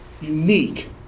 unique